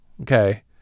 Okay